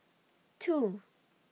two